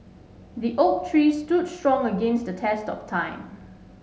the oak tree stood strong against the test of time